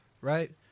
Right